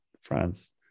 France